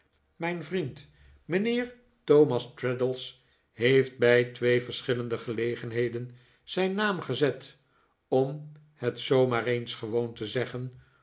mijn vriend mijnheer thomas traddles heeft bij twee verschillende gelegenheden zijn naam gezet om het zoo maar eens gewoon te zeggen